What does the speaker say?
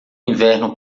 inverno